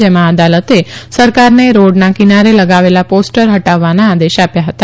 જેમાં અદાલતે સરકારને રોડના કિનારે લગાવેલા પોસ્ટર હટાવવાના આદેશ આપ્યા હતા